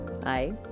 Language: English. Hi